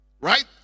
Right